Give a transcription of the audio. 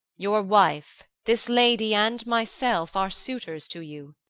your wife, this lady, and myself, are suitors to you.